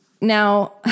Now